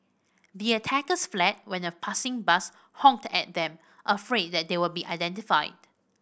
the attackers fled when a passing bus honked at them afraid that they would be identified